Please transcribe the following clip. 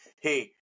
hey